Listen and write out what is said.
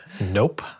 Nope